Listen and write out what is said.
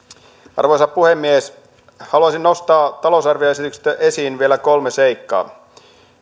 arvoisa puhemies haluaisin nostaa talousarvioesityksestä esiin vielä kolme seikkaa